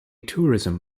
tourism